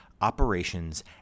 operations